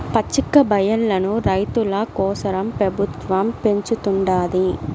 పచ్చికబయల్లను రైతుల కోసరం పెబుత్వం పెంచుతుండాది